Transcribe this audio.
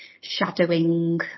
shadowing